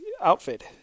outfit